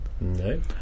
No